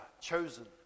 chosen